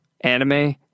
anime